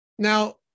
Now